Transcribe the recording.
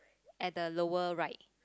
at the lower right